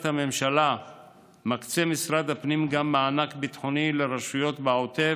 הממשלה מקצה משרד הפנים גם מענק ביטחוני לרשויות בעוטף.